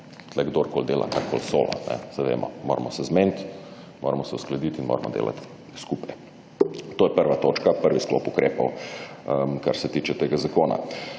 tukaj kdorkoli dela karkoli solo. Saj vemo, moramo se zmeniti, moramo se uskladiti in moramo delati skupaj. To je prva točka, prvi sklop ukrepov, kar se tiče tega zakona.